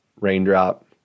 raindrop